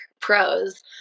pros